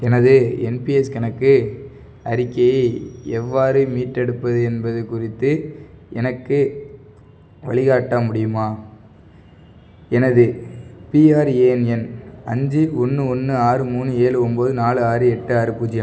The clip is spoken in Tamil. எனது என்பிஎஸ் கணக்கு அறிக்கையை எவ்வாறு மீட்டெடுப்பது என்பது குறித்து எனக்கு வழிகாட்ட முடியுமா எனது பிஆர்ஏஎன் எண் அஞ்சு ஒன்று ஒன்று ஆறு மூணு ஏழு ஒம்பது நாலு ஆறு எட்டு ஆறு பூஜ்ஜியம்